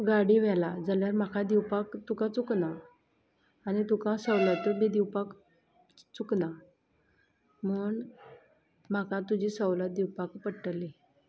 गाडी व्हेला जाल्यार म्हाका दिवपाक तुका चुकना आनी तुका सवलतय बी दिवपाक चुकना म्हण म्हाका तुजी सवलत दिवपाकू पडटली